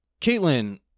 Caitlin